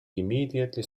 immediately